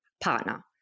Partner